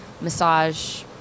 massage